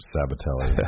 Sabatelli